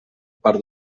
part